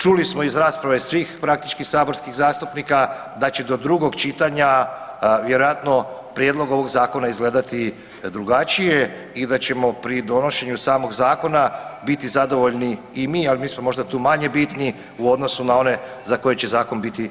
Čuli smo iz rasprave svih praktički saborskih zastupnika da će do drugog čitanja vjerojatno prijedlog ovog zakona izgledati drugačije i da ćemo pri donošenju samog zakona biti zadovoljni i mi, al mi smo možda tu manje bitni u odnosu na one za koje će zakon biti donesen.